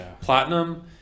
Platinum